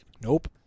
Nope